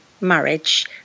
marriage